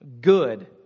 good